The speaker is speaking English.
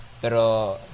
pero